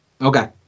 Okay